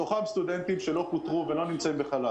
מתוכם סטודנטים שלא פוטרו ולא נמצאים בחל"ת,